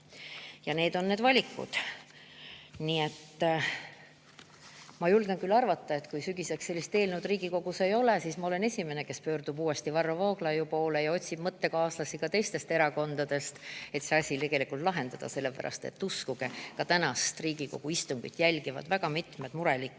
Need on need valikud. Ma julgen küll arvata, et kui sügiseks sellist eelnõu Riigikogus ei ole, siis ma olen esimene, kes pöördub Varro Vooglaiu poole ja otsib mõttekaaslasi ka teistest erakondadest, et see asi lahendada. Uskuge, tänast Riigikogu istungit jälgivad väga mitmed murelikud